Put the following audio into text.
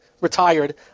retired